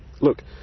look